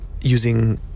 using